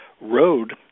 road